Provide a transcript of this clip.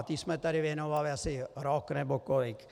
Té jsme tady věnovali asi rok nebo kolik.